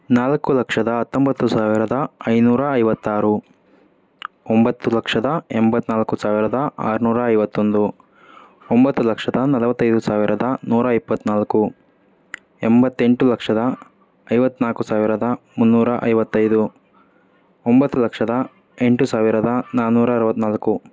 ನಾಲ್ಕು ಲಕ್ಷದ ಹತ್ತೊಂಬತ್ತು ಸಾವಿರದ ಐನೂರ ಐವತ್ತಾರು ಒಂಬತ್ತು ಲಕ್ಷದ ಎಂಬತ್ತ್ನಾಲ್ಕು ಸಾವಿರದ ಆರ್ನೂರ ಐವತ್ತೊಂದು ಒಂಬತ್ತು ಲಕ್ಷದ ನಲ್ವತ್ತೈದು ಸಾವಿರದ ನೂರ ಇಪ್ಪತ್ತ್ನಾಲ್ಕು ಎಂಬತ್ತೆಂಟು ಲಕ್ಷದ ಐವತ್ತ್ನಾಕು ಸಾವಿರದ ಮುನ್ನೂರ ಐವತ್ತೈದು ಒಂಬತ್ತು ಲಕ್ಷದ ಎಂಟು ಸಾವಿರದ ನಾನ್ನೂರ ಅರುವತ್ತ್ನಾಲ್ಕು